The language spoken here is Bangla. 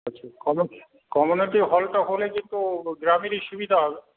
আচ্ছা কমিউনিটি হলটা হলে কিন্তু গ্রামেরই সুবিধা হবে